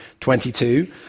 22